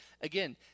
Again